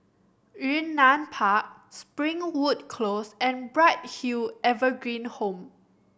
Yunnan Park Springwood Close and Bright Hill Evergreen Home